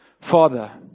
Father